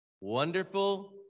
Wonderful